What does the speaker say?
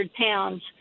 pounds